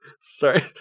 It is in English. Sorry